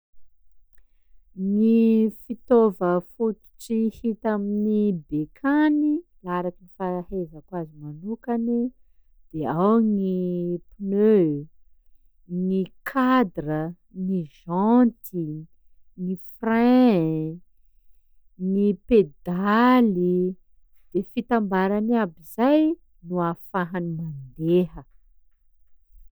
Gny fitaova fototry hita amin'ny bekany laha araky ny fahaizako azy manokany de ao gny pneu, gny cadra, ny janty, ny frein, ny pedaly, e fitambarany aby zay no afahany mandeha.